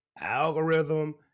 Algorithm